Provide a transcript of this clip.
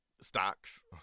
Stocks